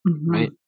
right